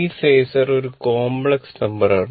ഈ ഫേസർ ഒരു complex number ആണ്